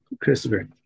Christopher